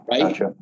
right